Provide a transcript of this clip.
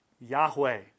Yahweh